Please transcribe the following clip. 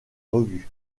revues